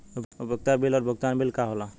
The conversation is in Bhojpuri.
उपयोगिता बिल और भुगतान बिल का होला?